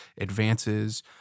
advances